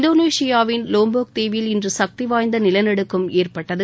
இந்தோனேஷியாவின் லோம்போக் தீவில் இன்று சக்தி வாய்ந்த நிலநடுக்கம் ஏற்பட்டது